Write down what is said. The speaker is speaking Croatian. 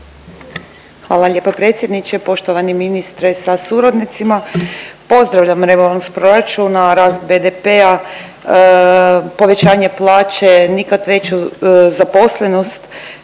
Hvala lijepo predsjedniče, poštovani ministre sa suradnicima. Pozdravljam rebalans proračuna, rast BDP-a, povećanje plaće, nikad veću zaposlenost.